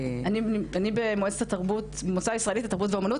אני במועצה הישראלית לתרבות ואומנות.